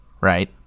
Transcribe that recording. right